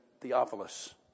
Theophilus